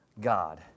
God